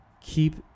keep